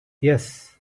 yes